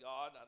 God